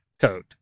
code